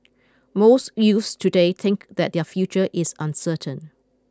most youths today think that their future is uncertain